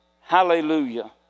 Hallelujah